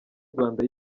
rwanda